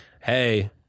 hey